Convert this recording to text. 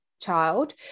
child